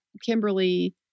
Kimberly